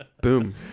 Boom